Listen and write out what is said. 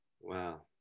Wow